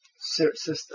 system